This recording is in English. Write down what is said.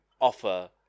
offer